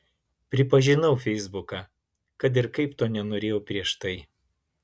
pripažinau feisbuką kad ir kaip to nenorėjau prieš tai